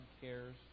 cares